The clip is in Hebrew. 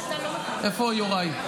איפה יוראי?